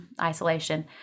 isolation